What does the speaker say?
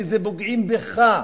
כי הם פוגעים בך.